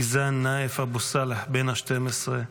יזן נאיף אבו סאלח, בן 12,